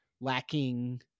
lacking